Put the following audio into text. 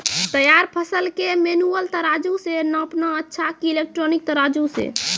तैयार फसल के मेनुअल तराजु से नापना अच्छा कि इलेक्ट्रॉनिक तराजु से?